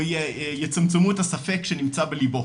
או יצמצמו את הספק שנמצא בליבו,